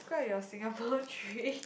describe your Singapore dream